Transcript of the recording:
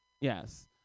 Yes